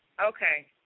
Okay